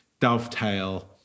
dovetail